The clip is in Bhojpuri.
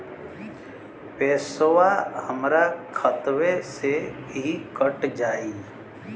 पेसावा हमरा खतवे से ही कट जाई?